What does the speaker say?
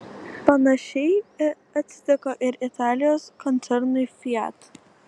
panašiai atsitiko ir italijos koncernui fiat